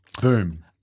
Boom